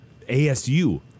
ASU